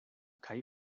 kaj